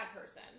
person